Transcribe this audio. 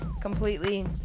completely